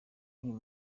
uyu